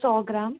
सौ ग्राम